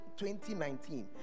2019